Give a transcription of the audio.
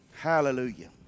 Hallelujah